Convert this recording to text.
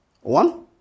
One